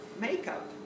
makeup